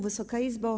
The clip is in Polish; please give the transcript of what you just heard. Wysoka Izbo!